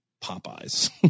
Popeye's